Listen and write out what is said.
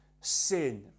sin